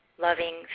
loving